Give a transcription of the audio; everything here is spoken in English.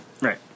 Right